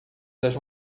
das